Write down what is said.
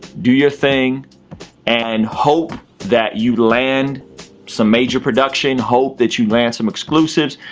do your thing and hope that you land some major production, hope that you land some exclusives,